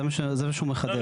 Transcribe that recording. זה מה שהוא מחדד.